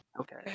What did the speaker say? Okay